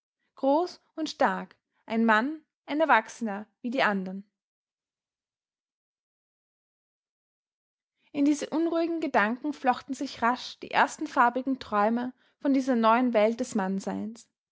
groß und stark ein mann ein erwachsener wie die andern in diese unruhigen gedanken flochten sich rasch die ersten farbigen träume von dieser neuen welt des